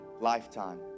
lifetime